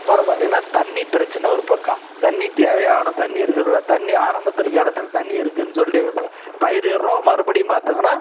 அப்புறம் பார்த்திங்கன்னா தண்ணி பிரச்சனை ஒரு பக்கம் தண்ணி தேவையான தண்ணி இருக்கிறதில்லை தண்ணி ஆரம்பத்தில் கெணத்தில் தண்ணி இருக்குனு சொல்லிட்டு இப்போ பயிரிடுறோம் மறுபடியும் பார்த்திங்கன்னா